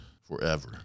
forever